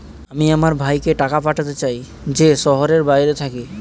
আমি আমার ভাইকে টাকা পাঠাতে চাই যে শহরের বাইরে থাকে